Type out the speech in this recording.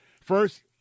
First